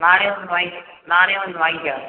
நானே வந்து வாங்கி நானே வந்து வாங்கிக்கிறேன்